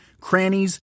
crannies